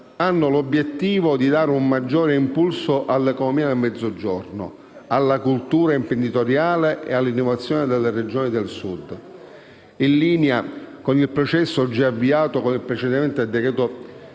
hanno l'obiettivo di dare un maggiore impulso all'economia del Mezzogiorno, alla cultura imprenditoriale e all'innovazione delle Regioni del Sud, in linea con il processo già avviato con il precedente decreto-legge